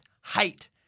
height